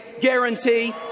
guarantee